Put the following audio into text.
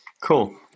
Cool